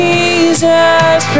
Jesus